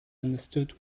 understood